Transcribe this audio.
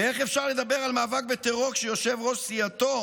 איך אפשר לדבר על מאבק בטרור כשיושב-ראש סיעתו